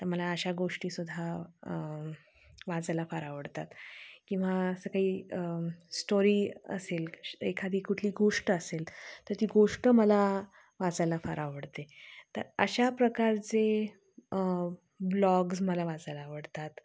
तर मला अशा गोष्टी सुद्धा वाचायला फार आवडतात किंवा असं काही स्टोरी असेल श् एखादी कुठली गोष्ट असेल तर ती गोष्ट मला वाचायला फार आवडते तर अशा प्रकारचे ब्लॉग्स मला वाचायला आवडतात